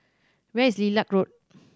where is Lilac Road